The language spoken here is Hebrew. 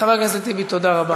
חבר הכנסת טיבי, תודה רבה.